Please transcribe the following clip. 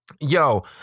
Yo